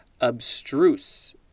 abstruse